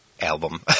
Album